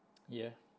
yeah